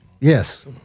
Yes